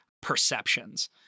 perceptions